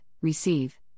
receive